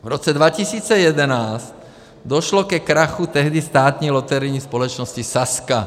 V roce 2011 došlo ke krachu tehdy státní loterijní společnosti Sazka.